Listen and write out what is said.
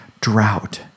drought